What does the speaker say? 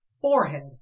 forehead